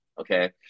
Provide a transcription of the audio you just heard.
Okay